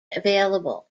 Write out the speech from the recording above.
available